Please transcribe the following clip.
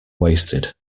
wasted